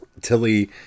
Tilly